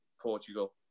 Portugal